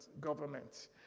Government